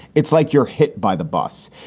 it's like you're hit by the bus.